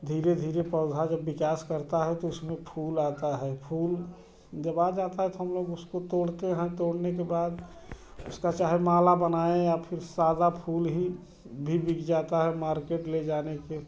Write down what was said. धीरे धीरे पौधा जब विकास करता है तो उसमें फूल आता है फूल जब आ जाता है तो हम लोग उसको तोड़ते हैं तोड़ने के बाद उसका चाहे माला बनाएँ या फ़िर सादा फूल ही भी बिक जाता है मार्केट ले जाने के